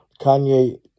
kanye